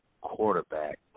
quarterback